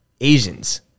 Asians